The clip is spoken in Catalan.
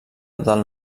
del